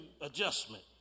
adjustment